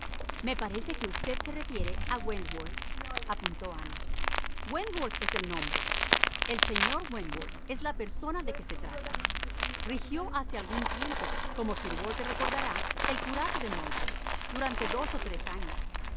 me parece que usted se refiere a wentworth apuntó ana wentworth es el nombre el señor wentworth es la persona de que se trata rigió hace algún tiempo como sir walter recordará el curato de monkford durante dos o tres años